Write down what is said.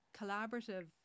collaborative